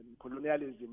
colonialism